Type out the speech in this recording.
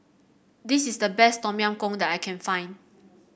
this is the best Tom Yam Goong that I can find